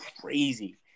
crazy